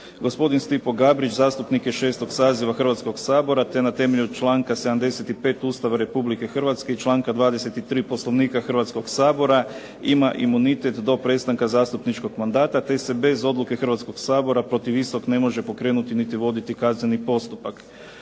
Gospodin Stipe Gabrić zastupnik je 6. saziva Hrvatskog sabora te na temelju članka 75. Ustava Republike Hrvatske i članka 23. Poslovnika Hrvatskog sabora ima imunitet do prestanka zastupničkog mandata te se bez odluke Hrvatskog sabora protiv istog ne može pokrenuti niti voditi kazneni postupak.